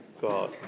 God